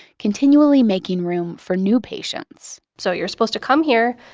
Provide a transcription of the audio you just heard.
continually making room for new patients so you're supposed to come here,